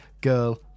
girl